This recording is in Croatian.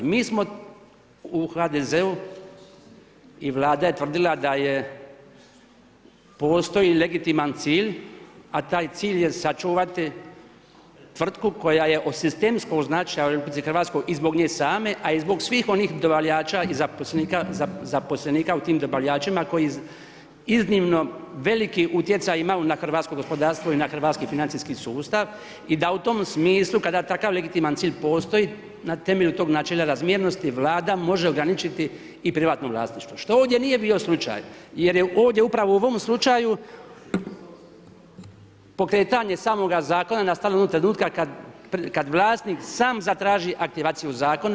Mi smo u HDZ-u i Vlada je tvrdila da je postoji legitiman cilj, a taj cilj je sačuvati tvrtku koja je od sistemskog značaja u RH i zbog nje same, a i zbog svih onih dobavljača i zaposlenika u tim dobavljačima koji iznimno veliki utjecaj imaju na hrvatsko gospodarstvo i hrvatski financijski sustav i da u tom smislu kada takav legitiman cilj postoji, na temelju tog načela razmjernosti Vlada može ograničiti i privatno vlasništvo što ovdje nije bio slučaj jer je ovdje upravo u ovom slučaju pokretanje samoga Zakona nastalo onoga trenutka kad vlasnik sam zatraži aktivaciju zakona.